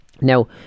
Now